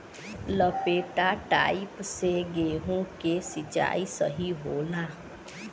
लपेटा पाइप से गेहूँ के सिचाई सही होला?